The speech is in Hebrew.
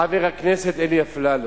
חבר הכנסת אלי אפללו,